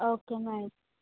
okay madam